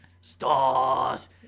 stars